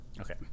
Okay